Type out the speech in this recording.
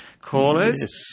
callers